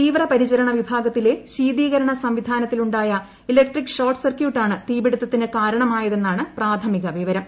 തീവ്രപരിചരണ വിഭാഗത്തിലെ ശീതീകരണ സംവിധാനത്തിലുണ്ടായ ഇലക്ട്രിക് ഷോർട്ട് സർക്യൂട്ടാണ് തീപിടുത്തത്തിന് കാരണമായതെന്നാണ് പ്രാഥമിക വിവരം